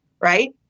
right